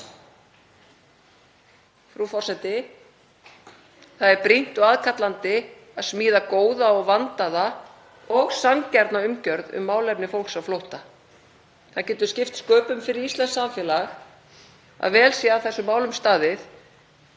Það er brýnt og aðkallandi að smíða góða og vandaða og sanngjarna umgjörð um málefni fólks á flótta. Það getur skipt sköpum fyrir íslenskt samfélag að vel sé að þessum málum staðið